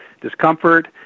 discomfort